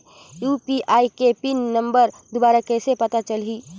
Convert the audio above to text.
UPI के pin number दुबारा कइसे पता चलही?